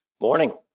Morning